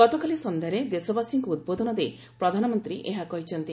ଗତକାଲି ସନ୍ଧ୍ୟାରେ ଦେଶବାସୀଙ୍କୁ ଉଦ୍ବୋଧନ ଦେଇ ପ୍ରଧାନମନ୍ତ୍ରୀ ଏହା କହିଛନ୍ତି